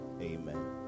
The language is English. Amen